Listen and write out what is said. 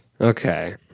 Okay